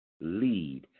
Lead